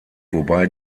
wobei